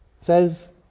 says